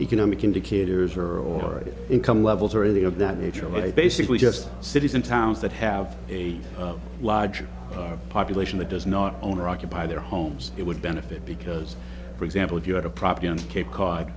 economic indicators or or income levels or any of that nature of a basically just cities in towns that have a large population that does not own or occupy their homes it would benefit because for example if you had a property and cape cod